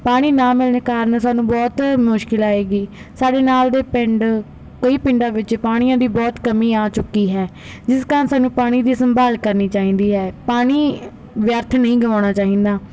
ਪਾਣੀ ਨਾ ਮਿਲਣ ਕਾਰਨ ਸਾਨੂੰ ਬਹੁਤ ਮੁਸ਼ਕਿਲ ਆਵੇਗੀ ਸਾਡੇ ਨਾਲ ਦੇ ਪਿੰਡ ਕਈ ਪਿੰਡਾਂ ਵਿੱਚ ਪਾਣੀਆਂ ਦੀ ਬਹੁਤ ਕਮੀ ਆ ਚੁੱਕੀ ਹੈ ਜਿਸ ਕਾਰਨ ਸਾਨੂੰ ਪਾਣੀ ਦੀ ਸੰਭਾਲ ਕਰਨੀ ਚਾਹੀਦੀ ਹੈ ਪਾਣੀ ਵਿਅਰਥ ਨਹੀਂ ਗਵਾਉਣਾ ਚਾਹੀਦਾ